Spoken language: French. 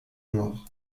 noires